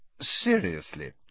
Seriously